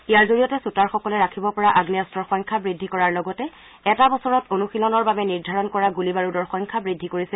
ইয়াৰ জৰিয়তে শুটাৰসকলে ৰাখিবপৰা আগ্নেয়াস্কৰ সংখ্যা বৃদ্ধি কৰাৰ লগতে এটা বছৰত অনুশীলনৰ বাবে নিৰ্ধাৰণ কৰা গুলী বাৰুদৰ সংখ্যা বৃদ্ধি কৰিছে